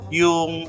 yung